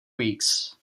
weeks